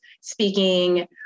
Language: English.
speaking